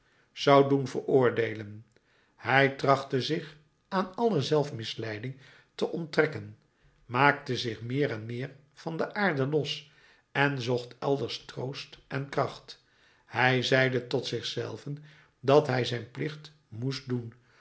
zou doen veroordeelen hij trachtte zich aan alle zelfmisleiding te onttrekken maakte zich meer en meer van de aarde los en zocht elders troost en kracht hij zeide tot zich zelven dat hij zijn plicht moest doen